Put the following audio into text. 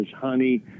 honey